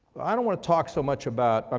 i don't want to talk so much about um